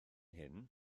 hyn